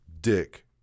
Dick